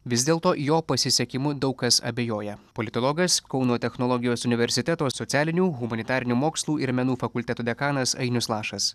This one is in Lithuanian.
vis dėlto jo pasisekimu daug kas abejoja politologas kauno technologijos universiteto socialinių humanitarinių mokslų ir menų fakulteto dekanas ainius lašas